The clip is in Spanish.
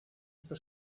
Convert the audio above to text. hasta